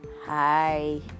Hi